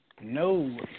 no